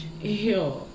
Ew